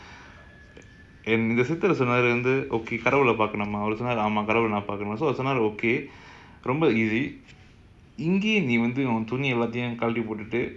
then okay forget it if you can't see then okay lah if it looks like a very harsh what's it look like what's it look like